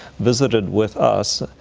visited with us,